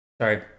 Sorry